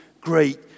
great